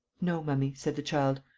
no, mummy, said the child.